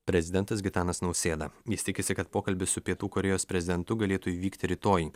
prezidentas gitanas nausėda jis tikisi kad pokalbis su pietų korėjos prezidentu galėtų įvykti rytoj